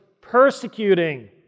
persecuting